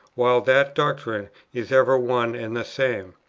while that doctrine is ever one and the same.